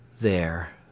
There